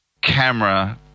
camera